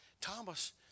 Thomas